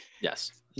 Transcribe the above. Yes